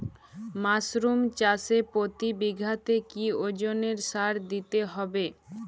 Mushroom চাষে প্রতি বিঘাতে কি ওজনে সার দিতে হবে?